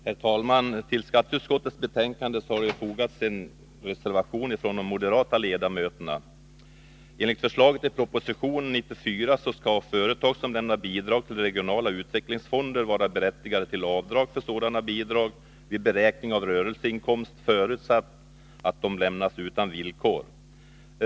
Herr talman! Till skatteutskottets betänkande har de moderata ledamöterna fogat en reservation. Enligt förslaget i proposition 94 skall företag som lämnar bidrag till regionala utvecklingsfonder vara berättigade till avdrag för sådana bidrag vid beräkning av rörelseinkomst, förutsatt att bidragen lämnas utan villkor.